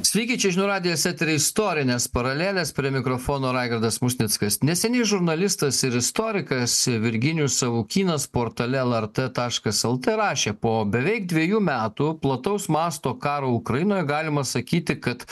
sveiki čia žinių radijas eteryje istorinės paralelės prie mikrofono raigardas musnickas neseniai žurnalistas ir istorikas virginijus savukynas portale lrt taškas lt rašė po beveik dviejų metų plataus masto karo ukrainoje galima sakyti kad